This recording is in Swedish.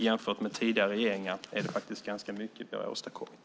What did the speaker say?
Jämfört med tidigare regeringar är det faktiskt ganska mycket vi har åstadkommit.